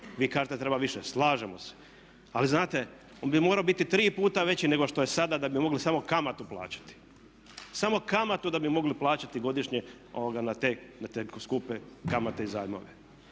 Vi kažete treba više, slažemo se. Ali znate on bi morao biti 3 puta veći nego što je sada da bi mogli samo kamatu plaćati. Samo kamatu da bi mogli plaćati godišnje na te skupe kamate i zajmove.